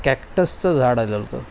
कॅक्टसचं झाड आलं होतं